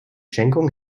schenkung